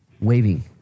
waving